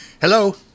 Hello